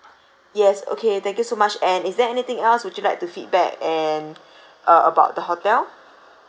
yes okay thank you so much and is there anything else would you like to feedback and uh about the hotel